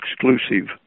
exclusive